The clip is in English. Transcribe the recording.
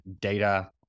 data